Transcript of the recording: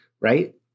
right